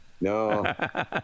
No